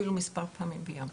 אפילו מספר פעמים ביום.